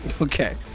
Okay